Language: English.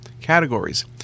categories